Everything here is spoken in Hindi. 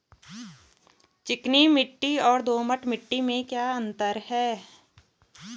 चिकनी मिट्टी और दोमट मिट्टी में क्या अंतर है?